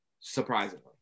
Surprisingly